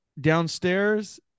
downstairs